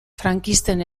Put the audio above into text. frankisten